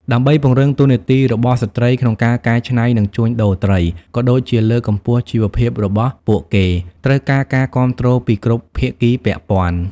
ដើម្បីពង្រឹងតួនាទីរបស់ស្ត្រីក្នុងការកែច្នៃ និងជួញដូរត្រី ក៏ដូចជាលើកកម្ពស់ជីវភាពរបស់ពួកគេ ត្រូវការការគាំទ្រពីគ្រប់ភាគីពាក់ព័ន្ធ។